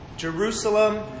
Jerusalem